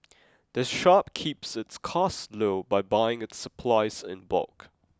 the shop keeps its costs low by buying its supplies in bulk